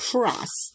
Cross